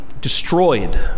destroyed